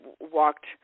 walked